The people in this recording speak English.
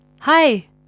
Hi